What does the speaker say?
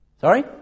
Sorry